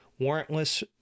warrantless